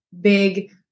big